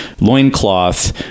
loincloth